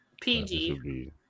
PG